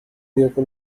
يكن